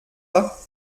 pas